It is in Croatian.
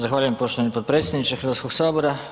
Zahvaljujem poštovani potpredsjedniče Hrvatskog sabora.